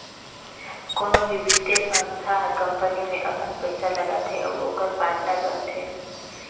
कोनो भी बित्तीय संस्था हर कंपनी में अपन पइसा लगाथे अउ ओकर पाटनर बनथे